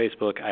Facebook